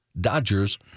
Dodgers